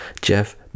jeff